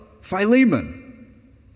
Philemon